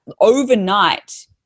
overnight